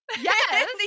Yes